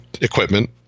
equipment